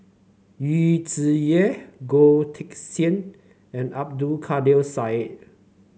Yu Zhuye Goh Teck Sian and Abdul Kadir Syed